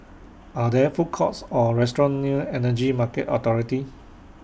Are There Food Courts Or restaurants near Energy Market Authority